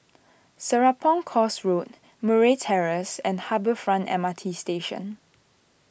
Serapong Course Road Murray Terrace and Harbour Front M R T Station